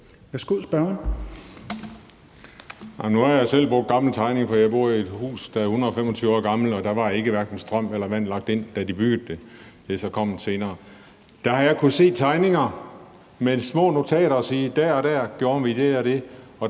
Nu har jeg selv brugt gamle tegninger, for jeg bor i et hus, der er 125 år gammelt, og der var ikke lagt hverken strøm eller vand ind, da de byggede det; det er så kommet til senere. Der har jeg kunnet se tegninger med små notater om, at der og der gjorde man det og det,